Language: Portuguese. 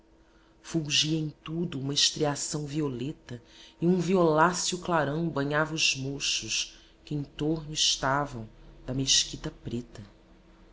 em tudo uma estriação violeta e um violáceo clarão banhava os mochos quem em torno estavam da mesquita preta